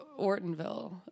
Ortonville